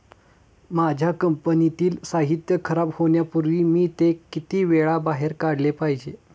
माझ्या कंपनीतील साहित्य खराब होण्यापूर्वी मी ते किती वेळा बाहेर काढले पाहिजे?